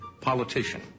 politician